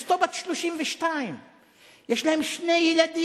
אשתו בת 32. יש להם שני ילדים.